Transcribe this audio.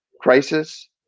crisis